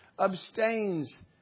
abstains